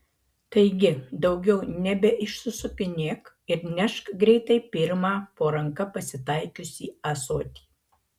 taigi daugiau nebeišsisukinėk ir nešk greitai pirmą po ranka pasitaikiusį ąsotį